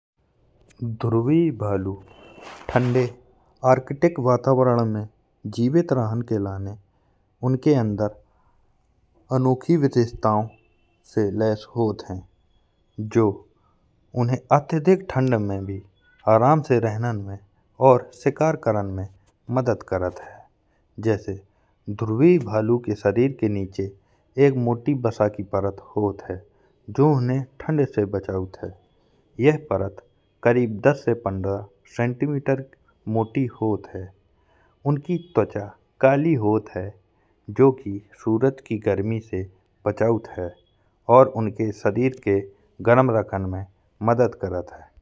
ध्रुवीय भालू ठंडे आर्कटिक वातावरण में जीवित रहने के लिए उनके अंदर अनोखी विशेषताओं से लैस होते हैं। जो उन्हें अत्यधिक ठंड में भी रहने आराम से रहने में और शिकार करने में भी मदद करते हैं। जैसे ध्रुवीय भालू के शरीर के नीचे एक मोटी बसा की परत होती है। जो उन्हें ठंड से बचाती है यह परत करीब दस से पंद्रह सेंटीमीटर मोटी होती है। उनकी त्वचा काली होती है जो कि सूरज की गर्मी से बचाती है और उनके शरीर के गर्म रखने में मदद करती है।